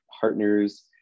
partners